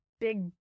big